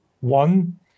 One